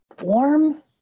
warm